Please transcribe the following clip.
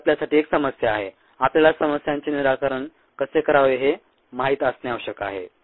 ही आपल्यासाठी एक समस्या आहे आपल्याला समस्यांचे निराकरण कसे करावे हे माहित असणे आवश्यक आहे